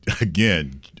Again